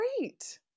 great